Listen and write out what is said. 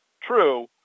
True